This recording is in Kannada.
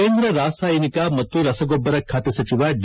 ಕೇಂದ್ರ ರಾಸಾಯನಿಕ ಮತ್ತು ರಸಗೊಬ್ಲರ ಖಾತೆ ಸಚಿವ ಡಿ